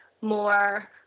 more